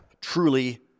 truly